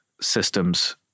systems